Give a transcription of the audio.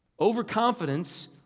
Overconfidence